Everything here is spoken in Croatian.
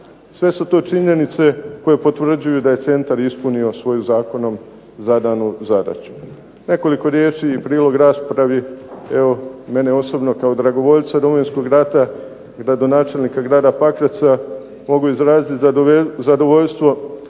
Sve su to činjenice koje potvrđuju da je centar ispunio svoju zakonom zadanu zadaću. Nekoliko riječi i prilog raspravi evo mene osobno kao dragovoljca Domovinskog rata gradonačelnika grada Pakraca mogu izraziti zadovoljstvo